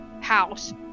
House